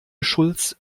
schulz